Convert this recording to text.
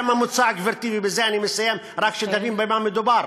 גברתי, ובזה אני מסיים, רק שנבין במה מדובר: